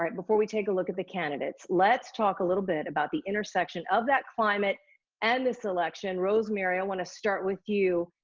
before we take a look at the candidates let's talk a little bit about the intersection of that climate and this election. rosemary, i wanna start with you.